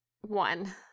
one